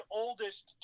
oldest